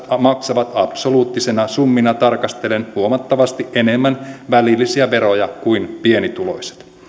maksavat absoluuttisina summina tarkastellen huomattavasti enemmän välillisiä veroja kuin pienituloiset